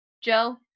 Joe